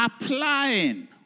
applying